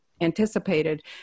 anticipated